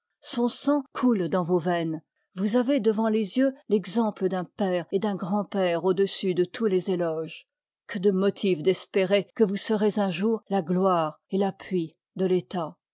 son sang coule dans vos veines vous avez devant x les yeux l'exemple d'un père et d'un grand j père au-dessus de tous les éloges que de motifs d'espérer que vous serez un jour la gloire et l'appui de l'etat